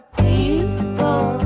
people